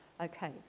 Okay